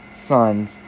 sons